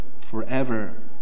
forever